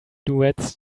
duets